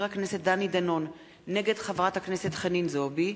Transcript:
הכנסת דני דנון נגד חברת הכנסת חנין זועבי,